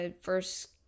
first